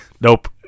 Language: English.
Nope